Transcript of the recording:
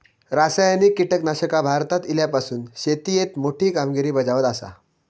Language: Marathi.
रासायनिक कीटकनाशका भारतात इल्यापासून शेतीएत मोठी कामगिरी बजावत आसा